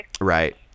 Right